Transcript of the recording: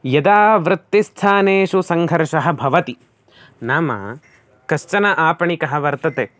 यदा वृत्तिस्थानेषु सङ्घर्षः भवति नाम कश्चन आपणिकः वर्तते